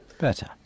Better